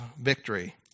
victory